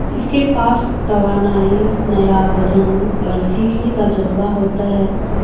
اس کے پاس توانائی نیا وژن اور سیکھنے کا جذبہ ہوتا ہے